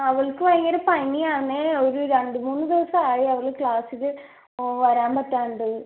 ആ അവൾക്ക് ഭയങ്കര പനിയാന്നെ ഒരു രണ്ട് മൂന്ന് ദിവസമായി അവൾ ക്ലാസ്സിൽ വരാമ്പറ്റാണ്ട്